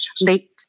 late